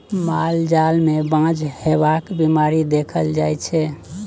माल जाल मे बाँझ हेबाक बीमारी देखल जाइ छै